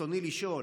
רצוני לשאול: